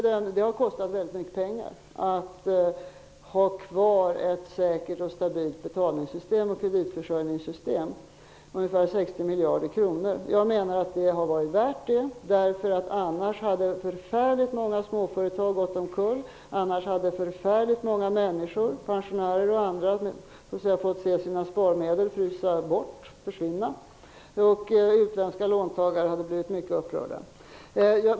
Det har kostat väldigt mycket pengar att ha kvar ett säkert och stabilt betalningssystem och kreditförsörjningssystem, ungefär 60 miljard kronor. Jag menar att det har varit värt det. Annars hade många småföretag gått omkull, många människor, pensionärer och andra, hade fått se sina sparmedel försvinna, utländska låntagare hade blivit mycket upprörda.